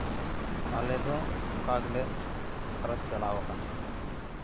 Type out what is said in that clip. ᱟᱞᱮ ᱫᱚ ᱚᱱᱠᱟ ᱜᱮᱞᱮ ᱥᱟᱠᱨᱟᱛ ᱪᱟᱞᱟᱣ ᱟᱠᱟᱱᱟ